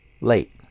late